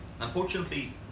Unfortunately